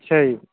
ਅੱਛਾ ਜੀ